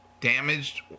Damaged